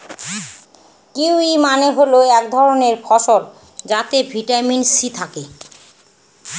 kiwi মানে হল এক ধরনের ফল যাতে ভিটামিন সি থাকে